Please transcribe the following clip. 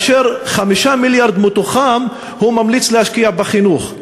5 מיליארד מהם הוא ממליץ להשקיע בחינוך,